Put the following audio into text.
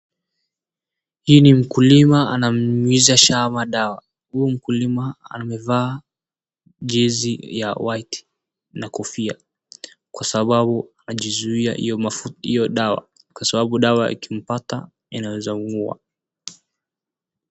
Hii ni mkulima ananyunyiza shamba dawa. Huyo mkulima amevaa jezi ya white na kofia. Kwa sababu ajizuia hio mafuta, hio dawa, kwa sababu hio dawa ikimpata inaeza muua.